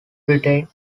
britain